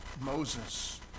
Moses